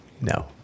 No